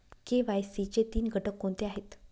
KYC चे तीन घटक कोणते आहेत?